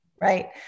Right